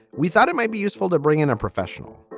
we thought it might be useful to bring in a professional.